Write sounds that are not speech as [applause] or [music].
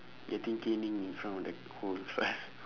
getting caning in front of the whole class [laughs]